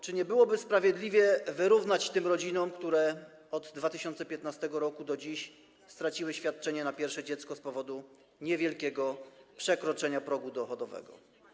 Czy nie byłoby sprawiedliwie wyrównanie kwoty tym rodzinom, które od 2015 r. do dziś straciły świadczenie na pierwsze dziecko z powodu niewielkiego przekroczenia progu dochodowego?